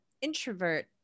introvert